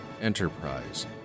Enterprise